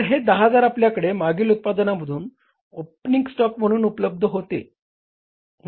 तर हे 10000 आपल्याकडे मागील उत्पादनांमधून ओपनिंग स्टॉक म्हणून उपलब्ध होते